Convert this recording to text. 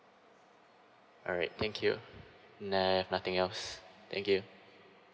alright thank you nah I have nothing else thank you